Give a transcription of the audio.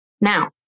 Now